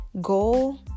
goal